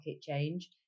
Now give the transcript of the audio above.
change